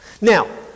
Now